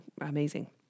amazing